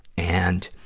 and,